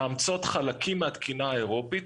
המדינות מאמצות חלקים מהתקינה האירופית,